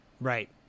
Right